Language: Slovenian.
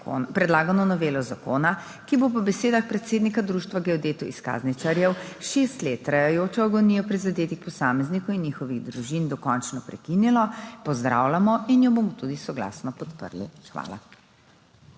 predlagano novelo zakona, ki bo po besedah predsednika Društva geodetov izkazničarjev šest let trajajočo agonijo prizadetih posameznikov in njihovih družin dokončno prekinila, pozdravljamo in jo bomo tudi soglasno podprli. Hvala.